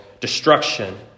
destruction